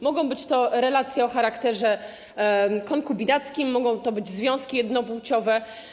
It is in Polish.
Mogą być to relacje o charakterze konkubinackim, mogą to być związki jednopłciowe.